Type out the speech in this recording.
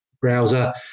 browser